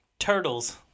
Turtles